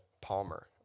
Palmer